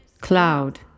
cloud